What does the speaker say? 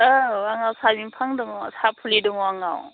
औ आंनाव थालिर फां दङ सा फुलि दङ आंनाव